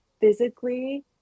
physically